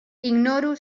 ignoro